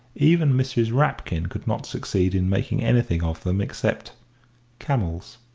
even mrs. rapkin could not succeed in making anything of them except camels.